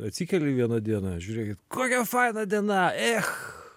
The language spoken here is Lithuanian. atsikeli vieną dieną žiūrėkit kokia faina diena ech